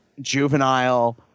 juvenile